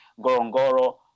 Gorongoro